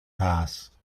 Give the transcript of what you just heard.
pass